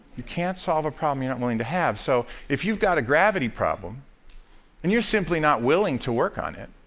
you can't solve a problem you're not willing to have, so if you've got a gravity problem and you're simply not willing to work on it,